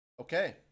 Okay